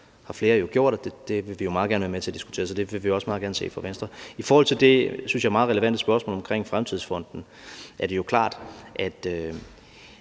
har flere jo gjort, og det vil vi meget gerne være med til at diskutere. Så det vil vi også meget gerne se fra Venstre. I forhold til det, synes jeg, meget relevante spørgsmål omkring fremtidsfonden er det jo klart, at